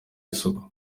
isoko